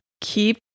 Keep